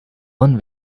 one